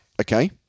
okay